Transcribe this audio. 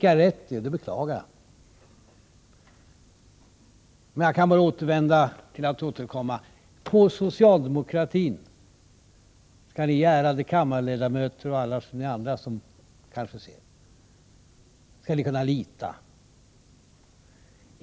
— Jag beklagar att jag fick rätt. Men, ärade kammarledamöter och andra, på socialdemokratin kan ni lita.